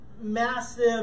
massive